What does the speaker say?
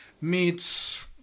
meets